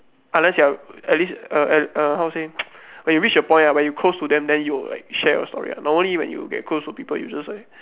unless you are at least err how to say when you reach a point ah when you close to them then you will like share your story ah normally when you get close to people you just like